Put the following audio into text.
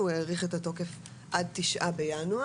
הוא האריך את התוקף עד 9 בינואר,